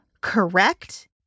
correct